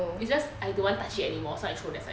it's just I don't want touch it anymore so I throw that side